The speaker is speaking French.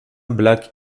black